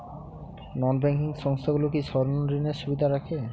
নন banking সংস্থাগুলো কি স্বর্ণঋণের সুবিধা রাখে?